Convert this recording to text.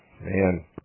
man